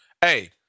Hey